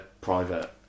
private